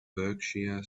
berkshire